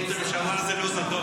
להפיל את הממשלה זה לא זדון.